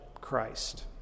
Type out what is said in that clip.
Christ